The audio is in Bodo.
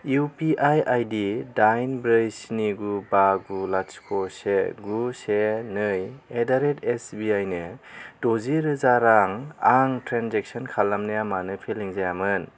इउपिआई आईदि दाइन ब्रै स्नि गु बा गु लाथिख' से गु से नै एडारेट एसबीआईनो द'जि रोजा रां आं ट्रेन्जेक्सन खालामनाया मानो फेलें जायामोन